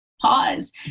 pause